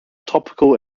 topical